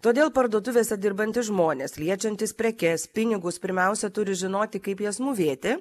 todėl parduotuvėse dirbantys žmonės liečiantys prekes pinigus pirmiausia turi žinoti kaip jas mūvėti